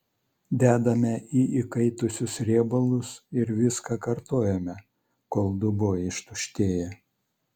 dedame į įkaitusius riebalus ir viską kartojame kol dubuo ištuštėja